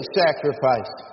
sacrifice